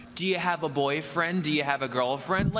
do you have a boyfriend? do you have a girlfriend? like